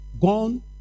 gone